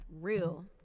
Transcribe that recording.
real